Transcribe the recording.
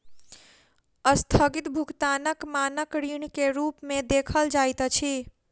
अस्थगित भुगतानक मानक ऋण के रूप में देखल जाइत अछि